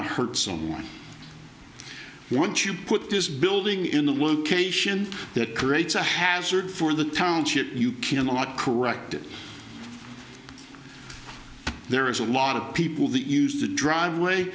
to hurt someone once you put this building in the world cation that creates a hazard for the township you cannot correct it there is a lot of people that use the driveway